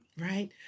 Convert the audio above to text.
Right